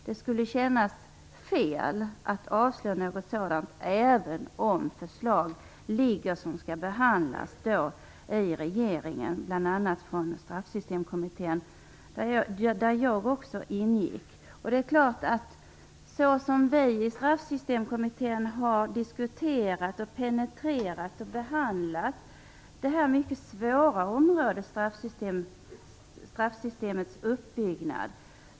Det skulle kännas fel att avslå någonting sådant, även om det föreligger förslag som skall behandlas i regeringen, bl.a. från Straffsystemkommittén, där jag också ingick. Vi i Straffsystemkommittén har diskuterat, penetrerat och behandlat det här mycket svåra området, straffsystemets uppbyggnad.